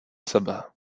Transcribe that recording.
sebe